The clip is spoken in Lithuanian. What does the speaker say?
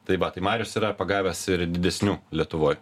tai va tai marius yra pagavęs ir didesnių lietuvoj